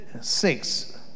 six